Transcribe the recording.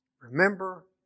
Remember